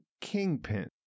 kingpin